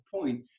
point